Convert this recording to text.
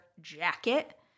jacket